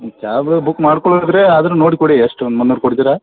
ಕ್ಯಾಬ್ರ book ಮಾಡ್ಕೊಳ್ದ್ರೆ ಅದ್ರ ನೋಡಿ ಕೊಡಿ ಎಷ್ಟು ಒಂದು ಮುನ್ನೂರ ಕೊಡ್ತೀರಾ